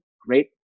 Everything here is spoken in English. Great